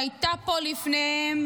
שהייתה פה לפניהם,